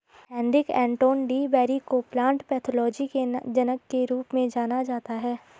Heinrich Anton de Bary को plant pathology के जनक के रूप में जाना जाता है